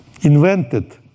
invented